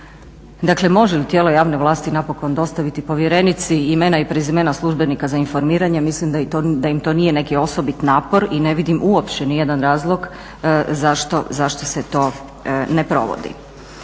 Dakle, može li tijelo javne vlasti napokon dostaviti povjerenici imena i prezimena službenika za informiranje. Mislim da im to nije neki osobit napor i ne vidim uopće ni jedan razlog zašto se to ne provodi.